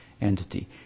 entity